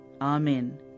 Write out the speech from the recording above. Amen